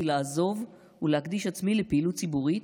לעזוב ולהקדיש את עצמי לפעילות ציבורית,